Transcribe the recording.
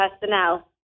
personnel